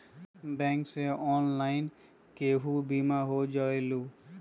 Bank से online केहु बिमा हो जाईलु?